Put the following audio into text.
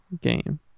game